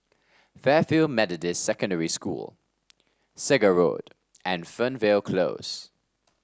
Fairfield Methodist Secondary School Segar Road and Fernvale Close